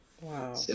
wow